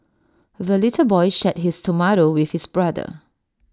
the little boy shared his tomato with his brother